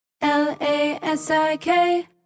L-A-S-I-K